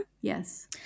Yes